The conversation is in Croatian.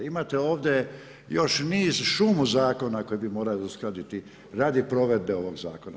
Imate ovdje, još niz šumu zakona koje bi morali uskladiti radi provedbe ovog zakona.